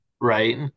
right